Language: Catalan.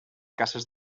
cases